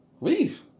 Leave